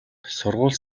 сургуульд